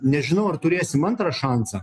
nežinau ar turėsim antrą šansą